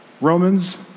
Romans